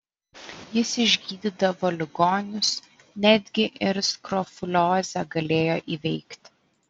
jis išgydydavo ligonius netgi ir skrofuliozę galėjo įveikti